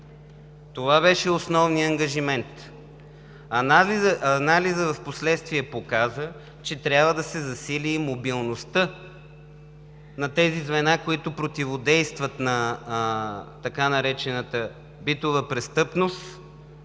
Това беше основният ангажимент. Анализът впоследствие показа, че трябва да се засили мобилността на тези звена, които противодействат на така наречената битова престъпност